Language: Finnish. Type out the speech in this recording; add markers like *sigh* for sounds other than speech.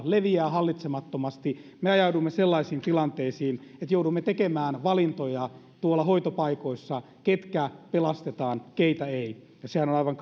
leviää hallitsemattomasti me ajaudumme sellaisiin tilanteisiin että joudumme tekemään valintoja tuolla hoitopaikoissa siitä ketkä pelastetaan ja keitä ei ja sehän on aivan *unintelligible*